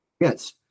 yes